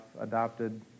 adopted